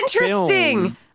interesting